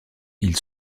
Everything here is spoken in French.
ils